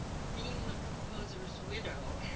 being the composer's widow.